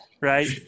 right